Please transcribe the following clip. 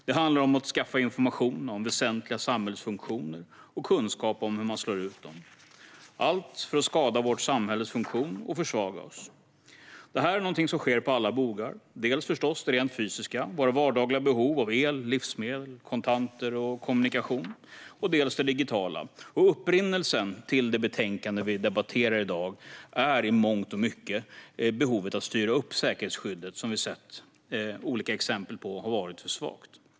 Det handlar om att skaffa information om väsentliga samhällsfunktioner och kunskap om hur man slår ut dem, allt för att skada vårt samhälles funktion och försvaga oss. Detta är någonting som sker på alla bogar. Dels förstås det rent fysiska, alltså våra vardagliga behov av el, livsmedel, kontanter och kommunikation, dels det digitala. Upprinnelsen till det betänkande vi debatterar i dag är i mångt och mycket behovet av att styra upp säkerhetsskyddet, som vi med olika exempel har sett varit för svagt.